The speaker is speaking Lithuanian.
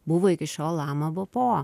buvo iki šiol lama bpo